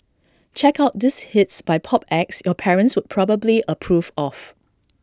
check out these hits by pop acts your parents would probably approve of